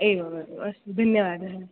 एवमेवम् अस्तु धन्यवादः